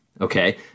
okay